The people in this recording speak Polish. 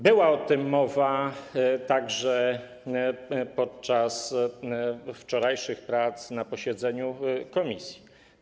Była o tym mowa także podczas wczorajszych prac na posiedzeniu komisji.